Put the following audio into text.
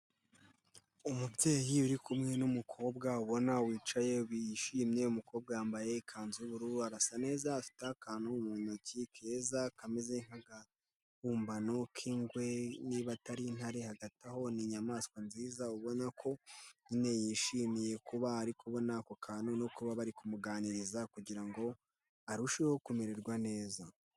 Umubyeyi uri kumwe n'umukobwa ubona wicaye wiyishimye, umukobwa yambaye ikanzu y'ubururu arasa neza afite akantu mu ntoki keza kameze nk'akabumbano k'ingwe, niba atari intare hagati aho ni inyamaswa nziza ubona ko nyine yishimiye kuba ari kubona ako kantu no kuba bari kumuganiriza kugira ngo arusheho kumererwa neza.